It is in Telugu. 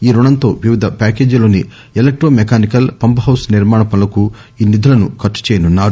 ఈ రుణం తో వివిధ ప్యాకేజీల్లోని ఎలక్టో మెకానికల్ పంప్ హౌస్ నిర్మాణ పనులకు ఈ నిధులను ఖర్చు చేయనున్నారు